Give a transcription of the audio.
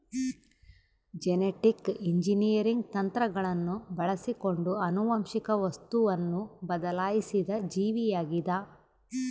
genetic engineering ತಂತ್ರಗಳನ್ನು ಬಳಸಿಕೊಂಡು ಆನುವಂಶಿಕ ವಸ್ತುವನ್ನು ಬದಲಾಯಿಸಿದ ಜೀವಿಯಾಗಿದ